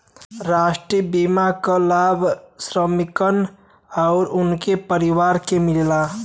राष्ट्रीय बीमा क लाभ श्रमिकन आउर उनके परिवार के मिलेला